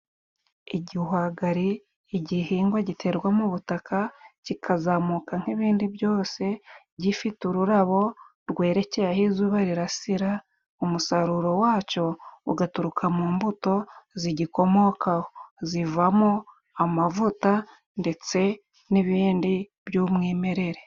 Igihwagari, igihingwa giterwa mu ubutaka kikazamuka nk'ibindi byose gifite ururabo rwerekeye aho izuba rirasira, umusaruro wacyo ugaturuka mu mbuto zigikomokaho, zivamo amavuta ndetse n'ibindi by'umwimerere.